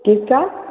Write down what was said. किसका